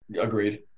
Agreed